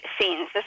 scenes